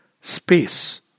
space